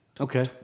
Okay